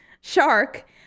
shark